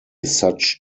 such